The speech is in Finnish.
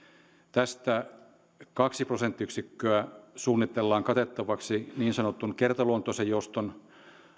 tästä kaksi prosenttiyksikköä suunnitellaan katettavaksi niin sanotun kertaluontoisen jouston